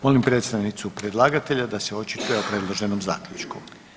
Molim predstavnicu predlagatelja da se očituje o predloženom zaključku.